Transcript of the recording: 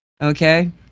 Okay